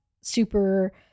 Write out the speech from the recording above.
super